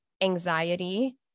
anxiety